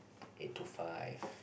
eight to five